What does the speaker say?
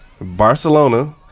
barcelona